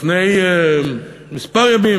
לפני כמה ימים,